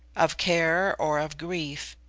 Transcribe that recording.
of care or of grief,